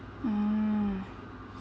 oh